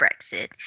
Brexit